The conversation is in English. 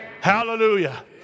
Hallelujah